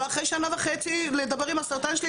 אבל אחרי שנה וחצי לדבר עם הסרטן שלי,